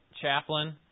chaplain